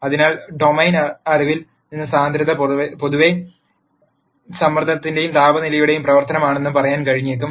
അതിനാൽ ഡൊമെയ്ൻ അറിവിൽ നിന്ന് സാന്ദ്രത പൊതുവേ സമ്മർദ്ദത്തിന്റെയും താപനിലയുടെയും പ്രവർത്തനമാണെന്ന് പറയാൻ കഴിഞ്ഞേക്കും